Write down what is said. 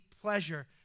pleasure